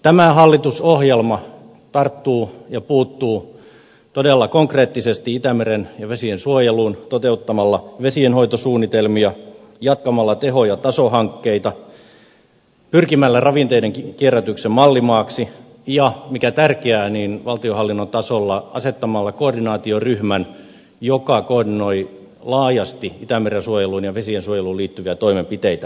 tämä hallitusohjelma tarttuu ja puuttuu todella konkreettisesti itämeren suojeluun ja vesiensuojeluun toteuttamalla vesienhoitosuunnitelmia jatkamalla teho ja taso hankkeita pyrkimällä ravinteiden kierrätyksen mallimaaksi ja mikä tärkeää asettamalla valtionhallinnon tasolla koordinaatioryhmän joka koordinoi laajasti itämeren suojeluun ja vesiensuojeluun liittyviä toimenpiteitä